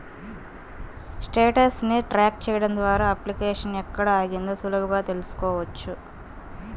status ని track చెయ్యడం ద్వారా అప్లికేషన్ ఎక్కడ ఆగిందో సులువుగా తెల్సుకోవచ్చు